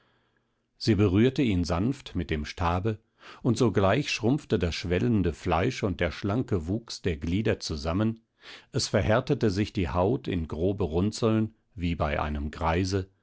sie berührte ihn darauf sanft mit dem stabe und sogleich schrumpfte das schwellende fleisch und der schlanke wuchs der glieder zusammen es verhärtete sich die haut in grobe runzeln wie bei einem greise